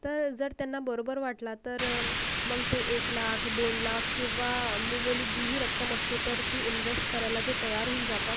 तर जर त्यांना बरोबर वाटला तर मग ते एक लाख दोन लाख किंवा मुंहबोली जी ही रक्कम असते तर ती इन्व्हेस्ट करायला तर ते तयार होऊन जातात